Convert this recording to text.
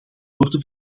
worden